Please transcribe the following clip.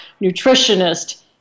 nutritionist